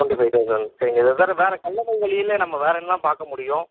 twenty five thousand சரிங்க sir வேறு கல்லணையில நம்ம வேறு என்னெல்லாம் பார்க்க முடியும்